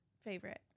favorite